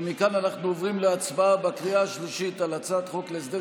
ומכאן אנחנו עוברים להצבעה בקריאה השלישית על הצעת חוק להסדר